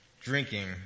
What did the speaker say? drinking